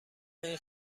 این